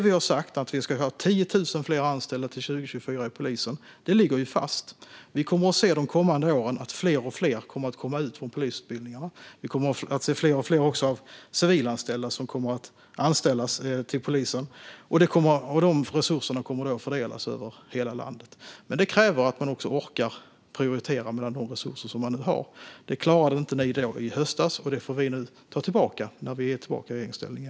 Vi har sagt att det ska finnas 10 000 fler anställda till 2024 i polisen. Det ligger fast. Under de kommande åren kommer fler och fler att gå ut från polisutbildningarna, och fler och fler civila kommer att anställas vid polisen. De resurserna kommer att fördelas över hela landet. Men det kräver att man orkar prioritera mellan de resurser som finns. Det klarade ni inte i höstas, och det får vi ta igen nu när vi är tillbaka i regeringsställning.